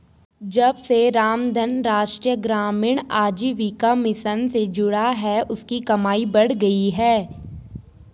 जब से रामधन राष्ट्रीय ग्रामीण आजीविका मिशन से जुड़ा है उसकी कमाई बढ़ गयी है